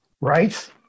Right